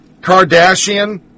Kardashian